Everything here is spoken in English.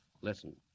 Listen